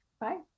Bye